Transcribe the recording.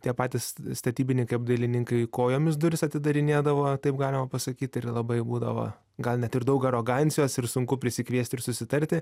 tie patys statybininkai apdailininkai kojomis duris atidarinėdavo taip galima pasakyt ir labai būdavo gal net ir daug arogancijos ir sunku prisikviest ir susitarti